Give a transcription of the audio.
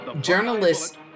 Journalists